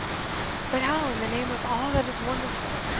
but how, in the name of all that is wonderful,